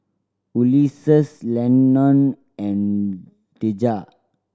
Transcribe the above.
Ulises Lennon and Dejah